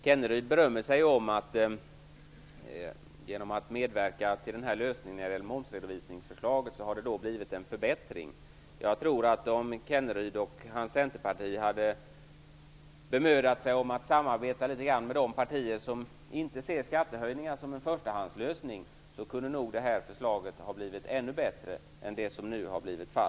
Kenneryd berömmer sig av att det genom att man medverkar till förslaget beträffande momsredovisningen har blivit en förbättring. Jag tror att om Kenneryd och Centerpartiet hade bemödat sig om att samarbeta litet grand med de partier som inte ser skattehöjningar som en förstahandslösning, kunde förslaget nog ha blivit ännu bättre än det nu framlagda.